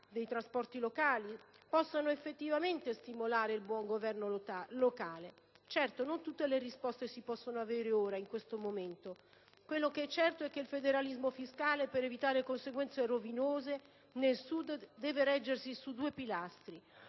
dei trasporti locali possano effettivamente stimolare il buon governo locale. Ovviamente non tutte le risposte si possono avere in questo momento; è certo, però, che il federalismo fiscale, per evitare conseguenze rovinose nel Sud, deve reggersi su due pilastri: